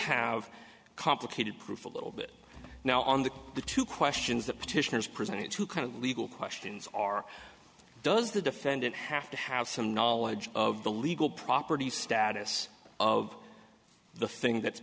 have complicated proof a little bit now on the the two questions that petitioners presented to kind of legal questions are does the defendant have to have some knowledge of the legal properties status of the thing that's